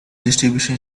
distribution